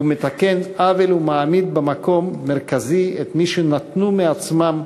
הוא מתקן עוול ומעמיד במקום מרכזי את מי שנתנו מעצמם